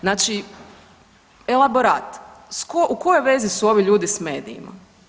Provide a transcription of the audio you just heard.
Znači elaborat u kojoj vezi su ovi ljudi s medijima.